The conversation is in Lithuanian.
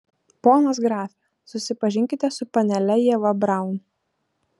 ponas grafe susipažinkite su panele ieva braun